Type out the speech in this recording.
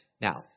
Now